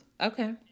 Okay